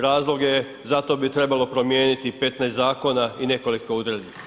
Razlog je za to bi trebalo promijeniti 15 zakona i nekoliko uredbi.